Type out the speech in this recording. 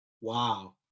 Wow